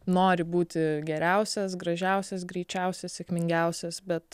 nori būti geriausias gražiausias greičiausias sėkmingiausias bet